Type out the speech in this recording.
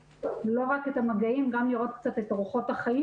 לא רק את המגעים אלא גם לראות קצת את אורחות החיים